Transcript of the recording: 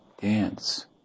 dance